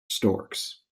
storks